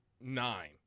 nine